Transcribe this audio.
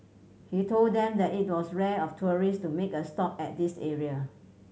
he told them that it was rare of tourist to make a stop at this area